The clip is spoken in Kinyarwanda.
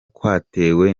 kwatewe